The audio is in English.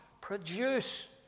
Produce